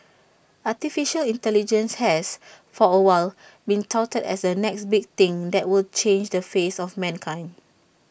Artificial Intelligence has for A while been touted as A next big thing that will change the face of mankind